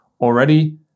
already